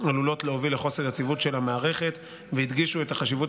עלולות להוביל לחוסר יציבות של המערכת והדגישו את החשיבות